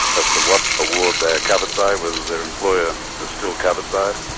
as to what award they are covered by, whether their employer is still covered but